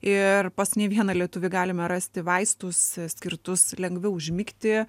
ir pas ne vieną lietuvį galime rasti vaistus skirtus lengviau užmigti